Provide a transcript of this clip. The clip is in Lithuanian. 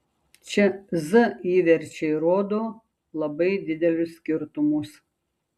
čia z įverčiai rodo labai didelius skirtumus